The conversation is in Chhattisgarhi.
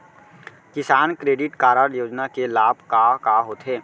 किसान क्रेडिट कारड योजना के लाभ का का होथे?